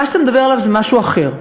מה שאתה מדבר עליו זה משהו אחר.